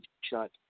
shut